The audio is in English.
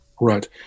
Right